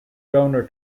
donor